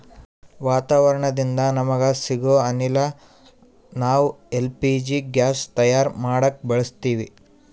ವಾತಾವರಣದಿಂದ ನಮಗ ಸಿಗೊ ಅನಿಲ ನಾವ್ ಎಲ್ ಪಿ ಜಿ ಗ್ಯಾಸ್ ತಯಾರ್ ಮಾಡಕ್ ಬಳಸತ್ತೀವಿ